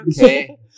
Okay